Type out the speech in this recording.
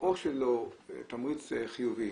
או תמריץ חיובי,